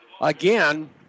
Again